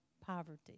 poverty